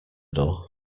door